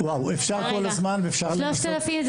(אומרת דברים בשפת הסימנים,